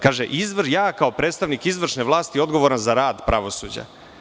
Kaže – ja kao predstavnik izvršne vlasti, odgovoran za rad pravosuđa.